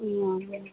नहि